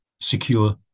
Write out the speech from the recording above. secure